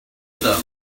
them